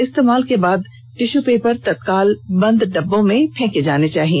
इस्तेमाल किये गये टिश्यू पेपर तत्काल बंद डिब्बों में फेंके जाने चाहिए